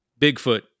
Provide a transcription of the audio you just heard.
Bigfoot